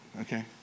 okay